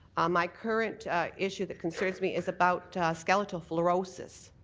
um my current issue that concerns me is about skeletal fluorisis.